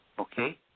Okay